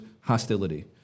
hostility